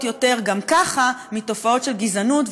יותר גם ככה לגבי תופעות של גזענות,